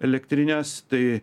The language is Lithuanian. elektrines tai